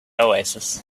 oasis